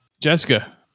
jessica